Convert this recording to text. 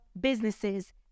businesses